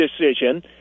decision